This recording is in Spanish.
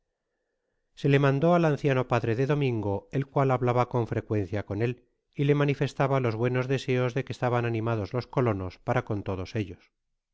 se le mandó al anciano padre de domingo el cual hablaba con frecuencia con él y le manifestaba los buenos deseos de que estaban animados los colonos para con todo ellos